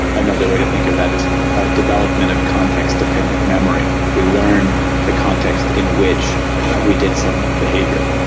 another way to think of that is ah development of context dependent memory. we learn the context in which we did some behaviour.